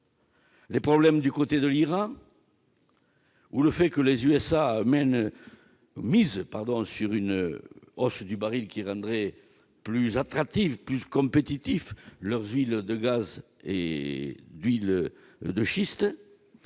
les problèmes du côté de l'Iran ou le fait que les États-Unis misent sur une hausse du cours du baril qui rendrait plus attractives, plus compétitives leur huile de gaz ou leur huile de schiste ?